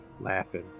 laughing